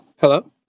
Hello